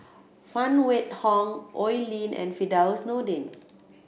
Phan Wait Hong Oi Lin and Firdaus Nordin